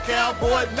Cowboy